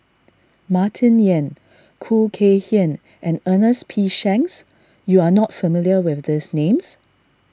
Martin Yan Khoo Kay Hian and Ernest P Shanks you are not familiar with these names